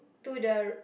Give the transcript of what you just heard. to the r~